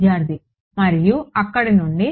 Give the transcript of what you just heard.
విద్యార్థి మరియు అక్కడ నుండి